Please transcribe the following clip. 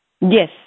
Yes